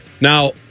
Now